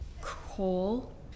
coal